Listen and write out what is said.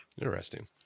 Interesting